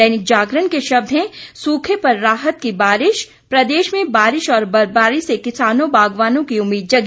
दैनिक जागरण के शब्द हैं सूखे पर राहत की बारिश प्रदेश में बारिश और बर्फबारी से किसानों बागवानों की उम्मीद जगी